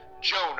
Jonah